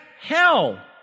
hell